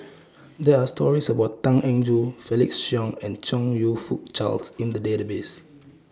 There Are stories about Tan Eng Joo Felix Cheong and Chong YOU Fook Charles in The Database